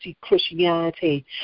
Christianity